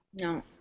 No